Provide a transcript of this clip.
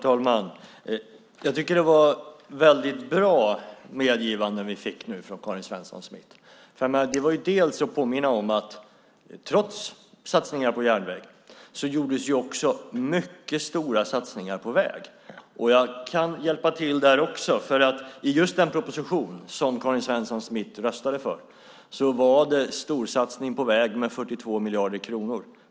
Herr talman! Jag tycker att det var väldigt bra medgivanden vi fick nu från Karin Svensson Smith. Trots satsningar på järnväg gjordes mycket stora satsningar på väg. Jag kan hjälpa till där också. I just den proposition som Karin Svensson Smith röstade för var det storsatsning på väg med 42 miljarder kronor.